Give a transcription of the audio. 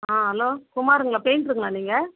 ஆ hello குமாருங்களா பெயிண்டருங்களா நீங்கள்